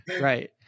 right